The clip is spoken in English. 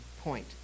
point